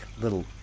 little